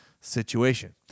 situation